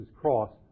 cross